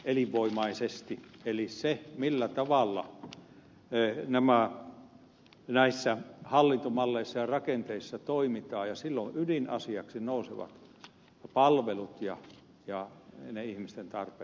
ylivoimaisesti eli se millä tavalla ey nema näissä hallintomalleissa ja rakenteissa toimimisessa ydinasiaksi nousevat palvelut ja ne ihmisten tarpeet miten ne tyydytetään